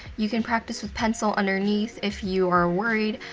you can practice with pencil underneath, if you are worried.